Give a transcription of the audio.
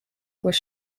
was